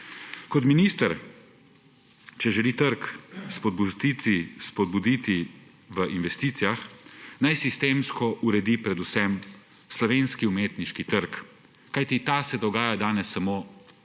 Kot minister, če želi trg spodbuditi v investicijah, naj sistemsko uredi predvsem slovenski umetniški trg, kajti ta se dogaja danes samo še